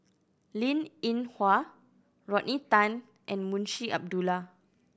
Linn In Hua Rodney Tan and Munshi Abdullah